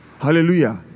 Hallelujah